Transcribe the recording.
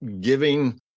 giving